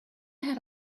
had